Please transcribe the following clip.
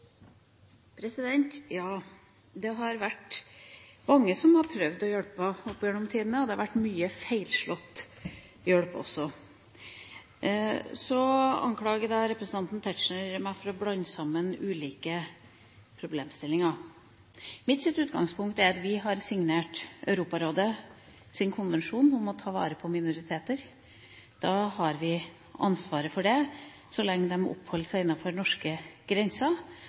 Ja, det har vært mange som har prøvd å hjelpe opp gjennom tidene. Det har også vært mye feilslått hjelp. Representanten Tetzschner anklager meg for å blande sammen ulike problemstillinger. Mitt utgangspunkt er at vi har signert Europarådets konvensjon om å ta vare på minoriteter. Da har vi ansvaret for det, så lenge de oppholder seg innenfor norske